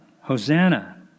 Hosanna